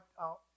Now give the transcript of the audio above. out